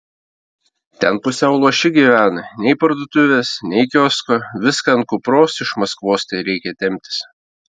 ten pusiau luoši gyvena nei parduotuvės nei kiosko viską ant kupros iš maskvos reikia temptis